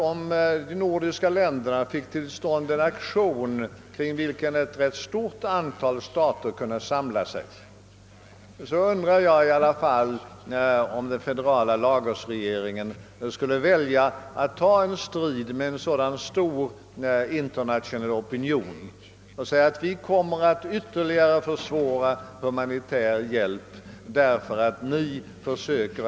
Om de nordiska länderna fick till stånd en aktion kring vilken ett ganska stort antal stater kunde samla sig, undrar jag om den federala Lagosregeringen skulle välja att ta en strid med en sådan internationell opinion och ytterligare försvåra humanitär hjälp.